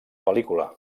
pel·lícula